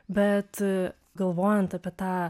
bet galvojant apie tą